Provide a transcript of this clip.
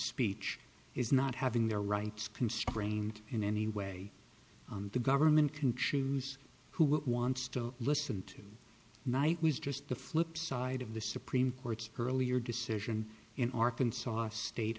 speech is not having their rights constrained in any way the government can choose who it wants to listen to night was just the flip side of the supreme court's earlier decision in arkansas state